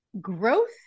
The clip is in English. Growth